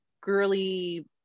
girly